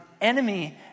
enemy